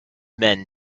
men